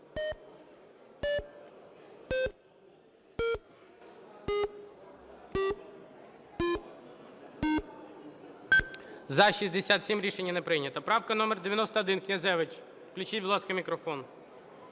За-67 Рішення не прийнято. Правка номер 91, Князевич. Включіть, будь ласка, мікрофон.